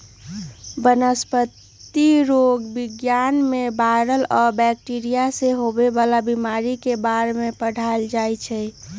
वनस्पतिरोग विज्ञान में वायरस आ बैकटीरिया से होवे वाला बीमारी के बारे में पढ़ाएल जाई छई